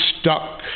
stuck